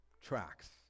tracks